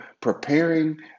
preparing